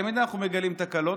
ותמיד מגלים תקלות,